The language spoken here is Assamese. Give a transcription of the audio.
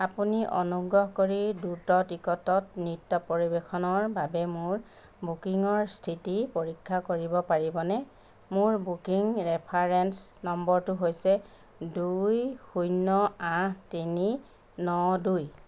আপুনি অনুগ্ৰহ কৰি দ্ৰুত টিকটত নৃত্য পৰিৱেশন ৰ বাবে মোৰ বুকিংৰ স্থিতি পৰীক্ষা কৰিব পাৰিবনে মোৰ বুকিং ৰেফাৰেন্স নম্বৰটো হৈছে দুই শূন্য আঠ তিনি ন দুই